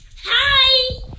hi